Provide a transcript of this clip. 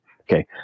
Okay